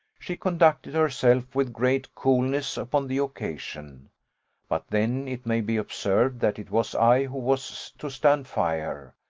she conducted herself with great coolness upon the occasion but then it may be observed, that it was i who was to stand fire,